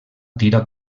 tira